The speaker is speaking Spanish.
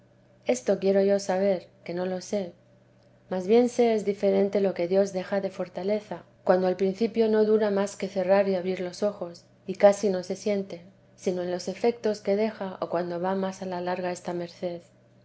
esto quiero yo saber que no lo sé mas bien sé es diferente lo qué dios deja de fortaleza cuando al principio no teresa de jesús dura más que cerrar y abrir los ojos y casi no se siente sino en los efectos que deja o cuando va más a la larga esta merced